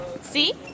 See